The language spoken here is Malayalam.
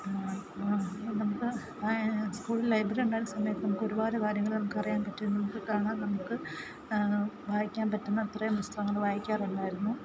നമുക്ക് സ്കൂളിൽ ലൈബ്രറി ഉണ്ടായിരുന്ന സമയത്ത് നമുക്കൊരുപാട് കാര്യങ്ങൾ നമുക്കറിയാൻ പറ്റും നമുക്ക് കാണാം നമുക്ക് വായിക്കാൻ പറ്റുന്ന അത്രയും പുസ്തകങ്ങൾ വായിക്കാറുണ്ടായിരുന്നു